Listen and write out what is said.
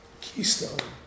keystone